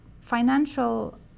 financial